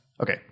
Okay